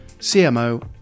CMO